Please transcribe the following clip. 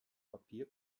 papier